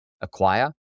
acquire